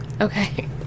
Okay